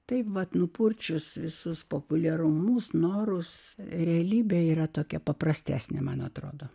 taip vat nupurčius visus populiarumus norus realybė yra tokia paprastesnė man atrodo